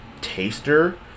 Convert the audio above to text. taster